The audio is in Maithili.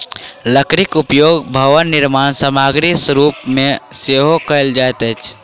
लकड़ीक उपयोग भवन निर्माण सामग्रीक रूप मे सेहो कयल जाइत अछि